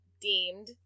deemed